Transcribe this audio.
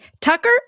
Tucker